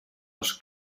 els